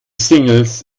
singles